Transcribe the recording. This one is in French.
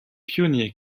pionniers